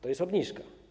To jest obniżka.